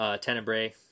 Tenebrae